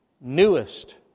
newest